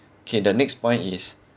okay the next point is